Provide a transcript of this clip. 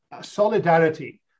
solidarity